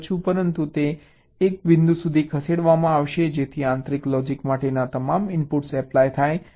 પરંતુ તે એક બિંદુ સુધી ખસેડવામાં આવશે જેથી આંતરિક લોજીક માટેના તમામ ઇનપુટ્સ એપ્લાય થાય